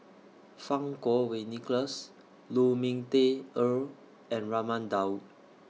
Fang Kuo Wei Nicholas Lu Ming Teh Earl and Raman Daud